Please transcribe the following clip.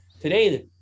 Today